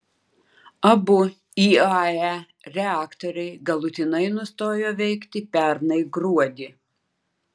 abu iae reaktoriai galutinai nustojo veikti pernai gruodį